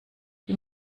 die